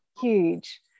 huge